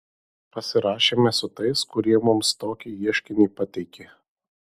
pasirašėme su tais kurie mums tokį ieškinį pateikė